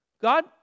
God